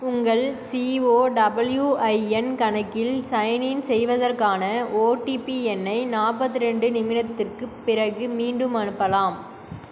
உங்கள் சிஓ டபுள்யூஐன் கணக்கில் சைன்இன் செய்வதற்கான ஓடிபி எண்ணை நாற்பத்தி ரெண்டு நிமிடத்துக்குப் பிறகு மீண்டும் அனுப்பலாம்